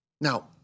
Now